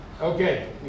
Okay